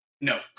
no